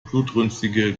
blutrünstige